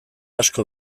asko